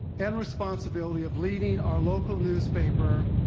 and responsibility of leading our local newspaper,